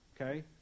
Okay